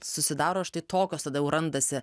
susidaro štai tokios tada jau randasi